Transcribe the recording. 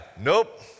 Nope